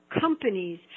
companies